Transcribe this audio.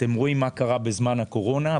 אתם רואים מה קרה בזמן הקורונה,